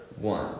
one